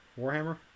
Warhammer